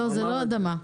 זה לא אדמה,